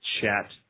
chat